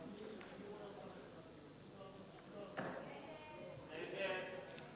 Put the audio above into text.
ההצעה להסיר מסדר-היום את הצעת חוק התפתחות טבעית בערי יהודה ושומרון,